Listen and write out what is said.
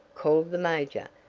called the major.